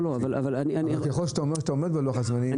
אבל ככל שאתה אומר שאתה עומד בלוח הזמנים,